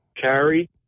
carry